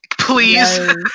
Please